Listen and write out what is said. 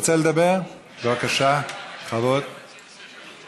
אתם באוצר יכולתם לסדר את זה לפני שלוש שנים.